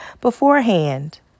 beforehand